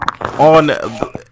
on